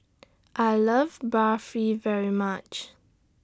I Love Barfi very much